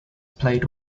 played